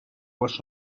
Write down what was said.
was